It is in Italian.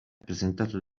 presentato